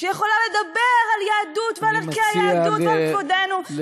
שיכולה לדברר על יהדות ועל ערכי היהדות ועל כבודנו.